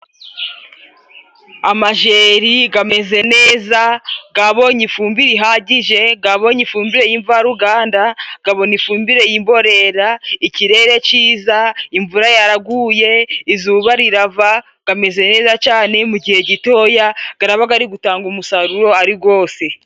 Amajeri gameze neza. Gabonye ifumbire ihagije, gabonye ifumbire y'imvaruganda, gabona ifumbire y'imborera, ikirere cyiza, imvura yaraguye, izuba rirava gameze neza cane. Mu gihe gitoya garaba gari gutanga umusaruro ari gose.